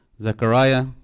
Zachariah